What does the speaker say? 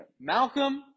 Malcolm